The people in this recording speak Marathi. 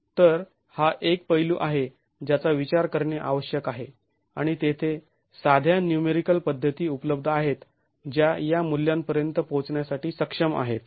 तर हा एक पैलू आहे ज्याचा विचार करणे आवश्यक आहे आणि तेथे साध्या न्यूमेरिकल पद्धती उपलब्ध आहेत ज्या या मूल्यांपर्यंत पोहोचण्यासाठी सक्षम आहेत